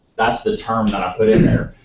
that's the term that i put in there.